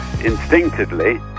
Instinctively